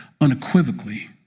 unequivocally